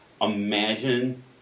imagine